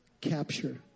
capture